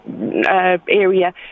area